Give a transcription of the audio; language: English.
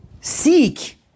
Seek